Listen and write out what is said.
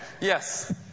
Yes